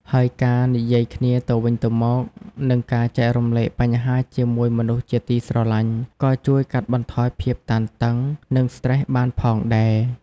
ហើយការនិយាយគ្នាទៅវិញទៅមក និងការចែករំលែកបញ្ហាជាមួយមនុស្សជាទីស្រឡាញ់ ក៏ជួយកាត់បន្ថយភាពតានតឹង និងស្ត្រេសបានផងដែរ។